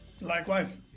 likewise